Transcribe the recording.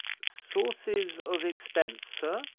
sources of expense, sir?